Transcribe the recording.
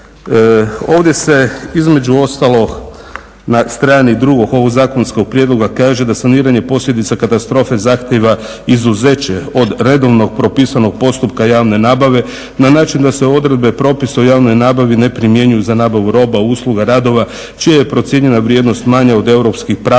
Ovdje se između ostalog na strani drugoj ovog zakonskog prijedloga kaže da saniranje posljedica katastrofe zahtijeva izuzeće od redovnog propisanog postupka javne nabave na način da se odredbe propisa o javnoj nabavi ne primjenjuju za nabavu roba, usluga, radova čija je procijenjena vrijednost manja od europskih pragova